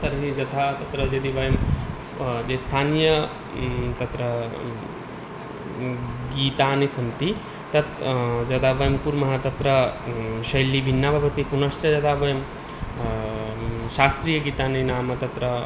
तर्हि यथा तत्र यदि वयं स् ये स्थानीय तत्र गीतानि सन्ति तत् यदा वयं कुर्मः तत्र शैली भिन्ना भवति पुनश्च यदा वयं शास्त्रीयगीतानि नाम तत्र